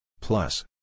Plus